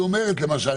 היא אומרת למשל,